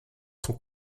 sont